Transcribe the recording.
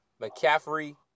McCaffrey